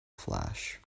flash